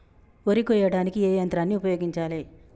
వరి కొయ్యడానికి ఏ యంత్రాన్ని ఉపయోగించాలే?